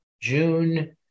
June